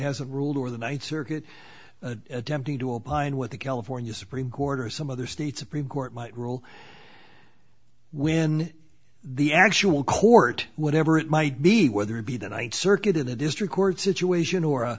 has ruled or the ninth circuit attempting to apply and what the california supreme court or some other state supreme court might rule when the actual court whatever it might be whether it be the ninth circuit or the district court situation or